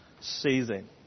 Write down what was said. season